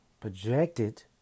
Projected